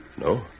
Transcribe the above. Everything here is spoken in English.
No